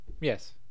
Yes